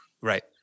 Right